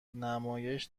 نمایش